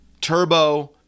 Turbo